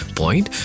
point